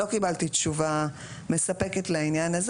לא קיבלתי תשובה מספקת לעניין הזה.